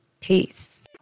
Peace